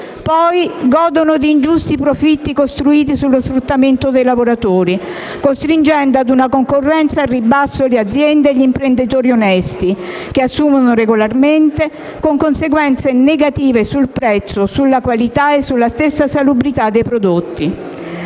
altresì di ingiusti profitti costruiti sullo sfruttamento dei lavoratori, costringendo ad una concorrenza al ribasso le aziende e gli imprenditori onesti che assumono regolarmente, con conseguenze negative sul prezzo, sulla qualità e sulla stessa salubrità dei prodotti.